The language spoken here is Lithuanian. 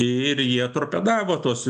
ir jie torpedavo tuos